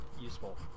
useful